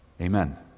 amen